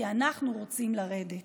כי אנחנו רוצים לרדת.